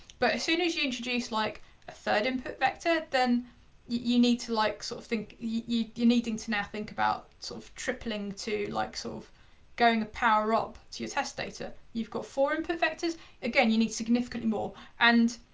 but as soon as you introduce like a third input vector, then you need to like sort of think. you're needing to now think about sort of tripling to like sort of going a power up to your test data. you've got four input vectors, again, you need significantly more and